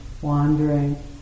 wandering